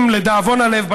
לדאבון הלב,